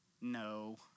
No